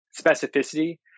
specificity